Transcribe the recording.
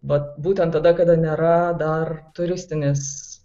vat būtent tada kada nėra dar turistinis